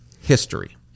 history